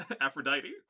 Aphrodite